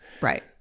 right